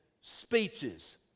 speeches